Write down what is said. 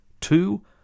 two